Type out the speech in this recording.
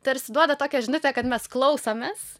tarsi duoda tokią žinutę kad mes klausomės